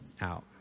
out